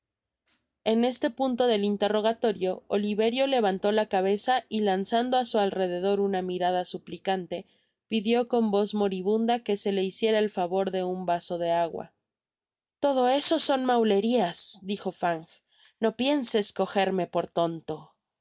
en este punio de interrogatorio oliverio levantó la cabeza y lanzando á su alrededor una mirada suplicante pidió con voz moribunda que se le hiciera el favor de un vaso de agua todo eso son maulerias dijo fang no pienses cojerme por tonto